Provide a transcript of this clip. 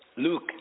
Luke